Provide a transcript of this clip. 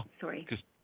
Sorry